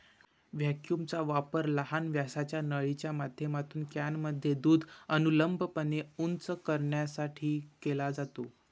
व्हॅक्यूमचा वापर लहान व्यासाच्या नळीच्या माध्यमातून कॅनमध्ये दूध अनुलंबपणे उंच करण्यासाठी केला जातो